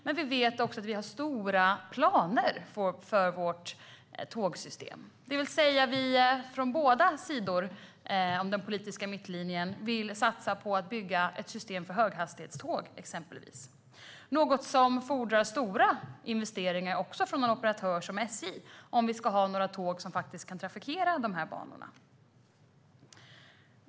Men vi vet också att vi har stora planer för vårt tågsystem. Från båda sidor om den politiska mittlinjen vill vi satsa på att bygga ett system för höghastighetståg exempelvis, något som fordrar stora investeringar också från en operatör som SJ, om vi ska ha några tåg som kan trafikera banorna.